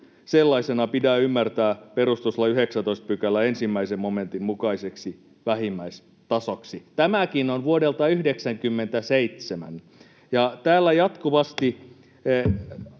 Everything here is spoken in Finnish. sellaisena pidä ymmärtää perustuslain 19 §:n 1 momentin mukaiseksi vähimmäistasoksi.” Tämäkin on vuodelta 97. Täällä jatkuvasti